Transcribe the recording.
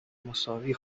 مساوی